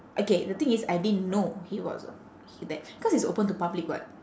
okay the thing is I didn't know he was a he that because it's open to public what